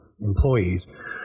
employees